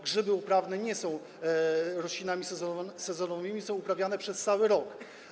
Grzyby uprawne nie są roślinami sezonowymi, są uprawiane przez cały rok.